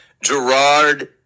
Gerard